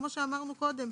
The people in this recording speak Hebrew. כמו שאמרנו קודם,